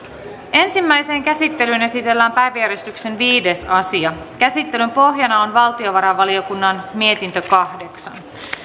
ensimmäiseen käsittelyyn esitellään päiväjärjestyksen viides asia käsittelyn pohjana on valtiovarainvaliokunnan mietintö kahdeksan